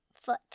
foot